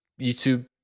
YouTube